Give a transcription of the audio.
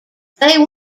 they